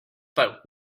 but